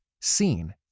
seen